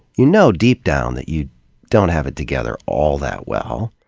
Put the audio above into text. you know, deep down, that you don't have it together all that well.